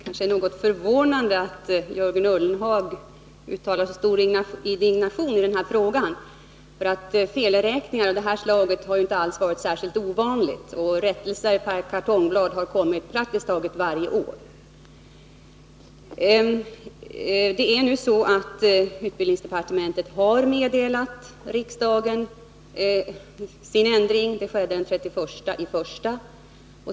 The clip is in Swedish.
Herr talman! Det är något förvånande att Jörgen Ullenhag uttalar så stor indignation i den här frågan, för felräkningar av detta slag har inte alls varit särskilt ovanliga. Rättelser per kartongblad har kommit praktiskt taget varje år. Det är nu så att utbildningsdepartementet har meddelat riksdagen sin ändring. Det skedde den 31 januari.